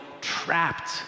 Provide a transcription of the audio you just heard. trapped